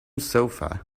sofa